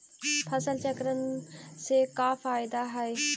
फसल चक्रण से का फ़ायदा हई?